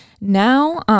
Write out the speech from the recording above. now